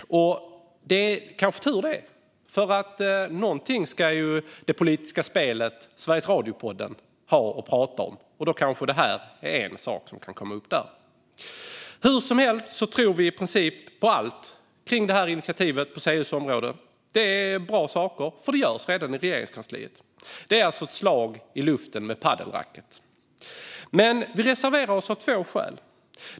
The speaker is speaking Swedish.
Det kanske är tur det, för någonting ska Sveriges Radio-podden Det politiska spelet ha att prata om. Då kanske det här är en sak som kan komma upp där. Hur som helst tror vi i princip på allt i initiativet på CU:s område. Det är bra saker, för det görs redan i Regeringskansliet. Det är alltså ett slag i luften med padelracket. Men vi reserverar oss av två skäl.